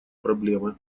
проблемы